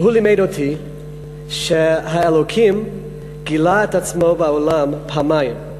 והוא לימד אותי שהאלוקים גילה את עצמו בעולם פעמיים: